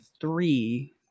three